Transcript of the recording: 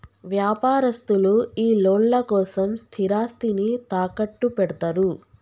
వ్యాపారస్తులు ఈ లోన్ల కోసం స్థిరాస్తిని తాకట్టుపెడ్తరు